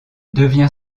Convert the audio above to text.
devient